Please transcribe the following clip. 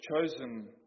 chosen